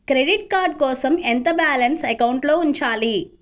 Credit card కోసం ఎంత balance అకౌంట్లో ఉంచాలి?